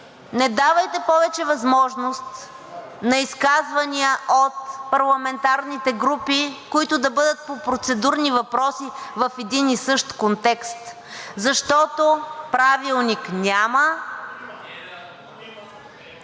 не давайте повече възможност на изказвания от парламентарните групи, които да бъдат по процедурни въпроси в един и същи контекст, защото Правилник няма.